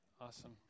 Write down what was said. Awesome